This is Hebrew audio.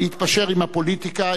להתפשר עם הפוליטיקה,